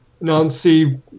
Nancy